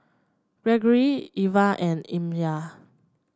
Gregory Ivah and Amya